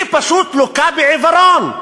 היא פשוט לוקה בעיוורון,